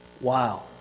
Wow